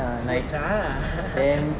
போச்சா:pocha